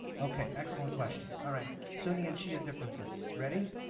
okay. excellent question. all right. sunni and shia differences. ready?